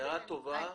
הערה טובה.